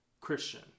Christian